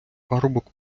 парубок